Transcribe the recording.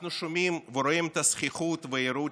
אנחנו שומעים ורואים את הזחיחות והיהירות